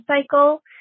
cycle